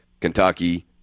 Kentucky